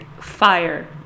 fire